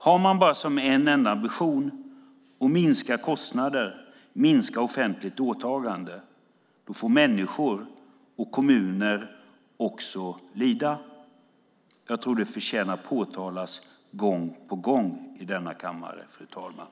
Har man bara som en enda ambition att minska kostnader och minska offentligt åtagande får människor och kommuner lida. Jag tror att det förtjänar att påtalas gång på gång i denna kammare, fru talman.